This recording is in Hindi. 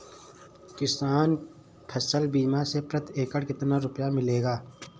किसान फसल बीमा से प्रति एकड़ कितना रुपया मिलेगा?